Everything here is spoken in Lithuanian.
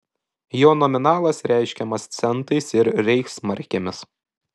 jo nominalas reiškiamas centais ir reichsmarkėmis